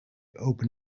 open